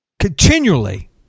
Continually